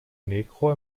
negro